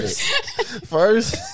First